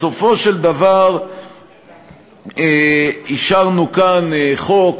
בסופו של דבר אישרנו כאן חוק